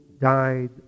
died